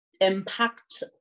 impact